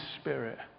spirit